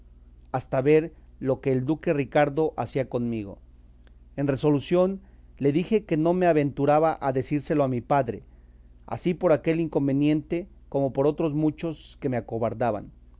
hasta ver lo que el duque ricardo hacía conmigo en resolución le dije que no me aventuraba a decírselo a mi padre así por aquel inconveniente como por otros muchos que me acobardaban